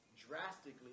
drastically